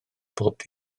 bob